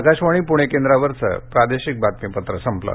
आकाशवाणी पुणे केंद्रावरचं प्रादेशिक बातमीपत्र संपलं